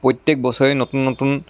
প্ৰত্যেক বছৰে নতুন নতুন